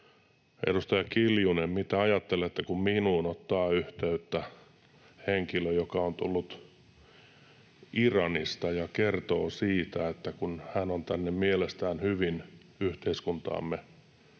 Edustaja Kiljunen, mitä ajattelette, kun minuun ottaa yhteyttä henkilö, joka on tullut Iranista ja kertoo siitä, että kun hän on tänne yhteiskuntaamme